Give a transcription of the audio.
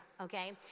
okay